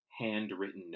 handwritten